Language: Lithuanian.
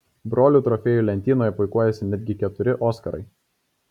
brolių trofėjų lentynoje puikuojasi netgi keturi oskarai